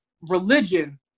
religion